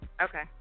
Okay